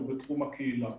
הוא בתחום הקהילה.